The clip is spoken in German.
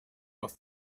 oft